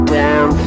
down